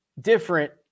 different